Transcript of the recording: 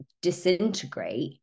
disintegrate